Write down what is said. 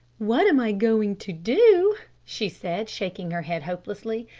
what am i going to do? she said, shaking her head, hopelessly.